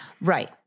Right